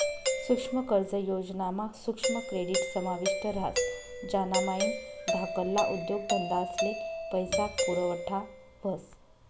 सुक्ष्म कर्ज योजना मा सुक्ष्म क्रेडीट समाविष्ट ह्रास ज्यानामाईन धाकल्ला उद्योगधंदास्ले पैसा पुरवठा व्हस